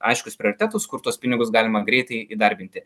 aiškius prioritetus kur tuos pinigus galima greitai įdarbinti